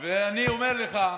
אני אומר לך,